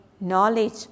knowledge